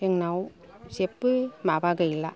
जोंनाव जेबो माबा गैला